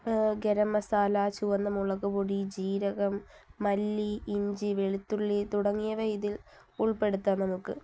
ഗരം മസാല ചുവന്ന മുളകുപൊടി ജീരകം മല്ലി ഇഞ്ചി വെളുത്തുള്ളി തുടങ്ങിയവ ഇതിൽ ഉൾപ്പെടുത്താം നമുക്ക്